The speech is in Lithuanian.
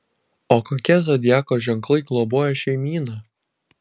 o kokie zodiako ženklai globoja šeimyną